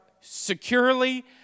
securely